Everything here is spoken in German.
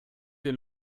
den